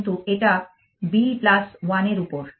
কিন্তু এটা b 1 এর উপর